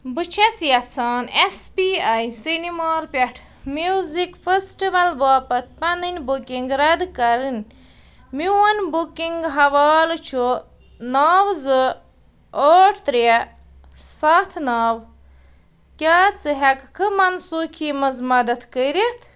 بہٕ چھَس یژھان اٮ۪س پی آی سیٚنِمال پٮ۪ٹھ میوٗزِک فٔسٹِوَل باپَتھ پنٕنۍ بُکِنٛگ رَد کرٕنۍ میون بُکِنٛگ حوالہٕ چھُ نَو زٕ ٲٹھ ترٛےٚ سَتھ نَو کیٛاہ ژٕ ہٮ۪کہٕ کھہٕ منسوٗخی منٛز مدتھ کٔرِتھ